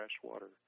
freshwater